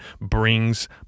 brings